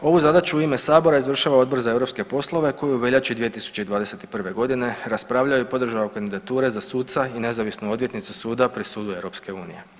Ovu zadaću u ime Sabora izvršava Odbor za europske poslove koji je u veljači 2021. raspravljao i podržao kandidature za suca i nezavisnu odvjetnicu suda pri sudu EU.